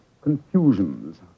confusions